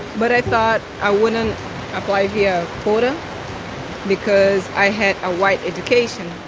but i thought i wouldn't apply via quota because i had a white education